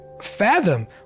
fathom